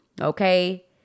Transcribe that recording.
Okay